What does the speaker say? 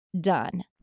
done